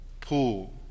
pool